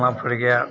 वहाँ पर गया